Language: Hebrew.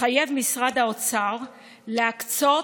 התחייב משרד האוצר להקצות